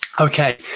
Okay